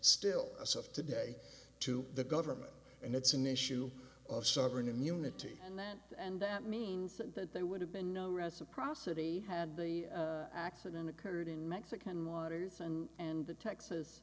still a sub today to the government and it's an issue of sovereign immunity and that and that means that there would have been no reciprocity had the accident occurred in mexican waters and the texas